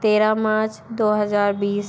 तेरह मार्च दो हज़ार बीस